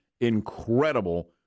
Incredible